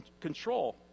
control